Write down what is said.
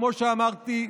כמו שאמרתי,